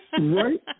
Right